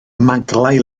maglau